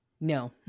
No